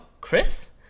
Chris